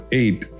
eight